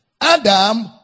Adam